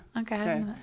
Okay